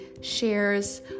shares